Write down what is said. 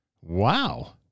Wow